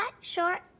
short